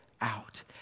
out